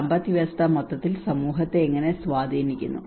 സമ്പദ്വ്യവസ്ഥ മൊത്തത്തിൽ സമൂഹത്തെ എങ്ങനെ സ്വാധീനിക്കുന്നു